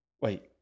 Wait